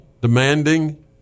demanding